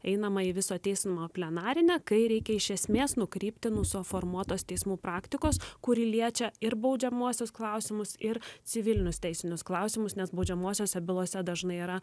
einama į viso teismo plenarinę kai reikia iš esmės nukrypti nuo suformuotos teismų praktikos kuri liečia ir baudžiamuosius klausimus ir civilinius teisinius klausimus nes baudžiamosiose bylose dažnai yra